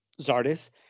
zardis